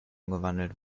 umgewandelt